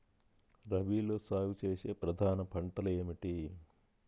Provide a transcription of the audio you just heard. రబీలో సాగు చేసే ప్రధాన పంటలు ఏమిటి?